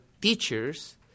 teachers